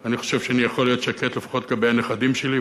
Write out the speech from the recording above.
אני חושב שאני יכול להיות שקט לפחות לגבי הנכדים שלי.